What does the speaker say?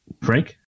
Frank